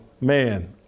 Man